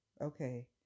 Okay